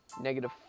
negative